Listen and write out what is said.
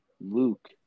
Luke